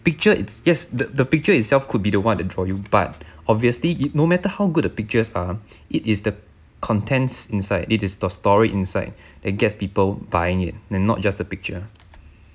picture it's yes the the picture itself could be the one that for you but obviously it no matter how good the pictures are it is the contents inside it is the story inside that gets people buying it and not just a picture